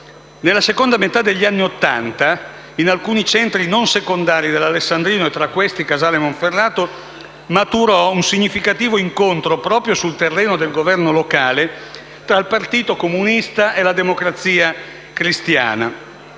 Nella seconda metà degli anni Ottanta, in alcuni centri non secondari dell'alessandrino, e tra questi Casale Monferrato, maturò un significativo incontro, proprio sul terreno del governo locale, tra il Partito Comunista e la Democrazia Cristiana